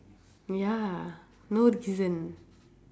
ya no reason